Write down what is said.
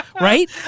Right